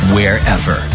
wherever